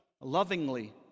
Lovingly